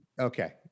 Okay